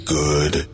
good